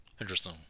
Interesting